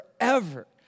forever